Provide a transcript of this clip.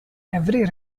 every